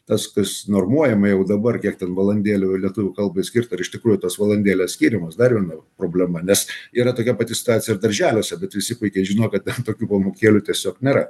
tas kas normuojama jau dabar kiek ten valandėlių lietuvių kalbai skirta ar iš tikrųjų tos valandėlės skiriamos dar viena problema nes yra tokia pati situacija ir darželiuose bet visi puikiai žino kad tokių pamokėlių tiesiog nėra